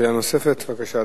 שאלה נוספת, בבקשה,